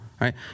Right